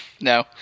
No